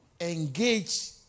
engage